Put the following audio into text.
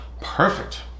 perfect